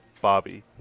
Bobby